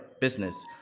business